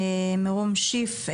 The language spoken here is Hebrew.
מרום שיף,